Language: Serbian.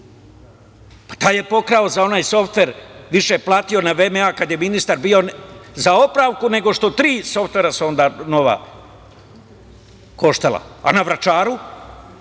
Pa, taj je pokrao za onaj softver, više platio na VMA kad je ministar bio za opravku, nego što tri softvera su onda nova koštala. A na Vračaru?